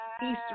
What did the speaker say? Eastern